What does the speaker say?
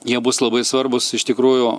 jie bus labai svarbūs iš tikrųjų